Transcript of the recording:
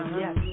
yes